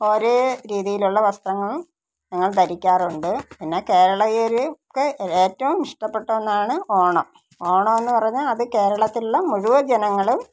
ഒരേ രീതിയിലുള്ള വസ്ത്രങ്ങൾ ഞങ്ങൾ ധരിക്കാറുണ്ട് പിന്നെ കേരളീയരൊക്കെ ഏറ്റവും ഇഷ്ടപ്പെട്ട ഒന്നാണ് ഓണം ഓണം എന്ന് പറഞ്ഞാൽ അത് കേരളത്തിലുള്ള മുഴുവൻ ജനങ്ങളും